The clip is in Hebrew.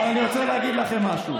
אבל אני רוצה להגיד לכם משהו.